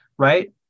Right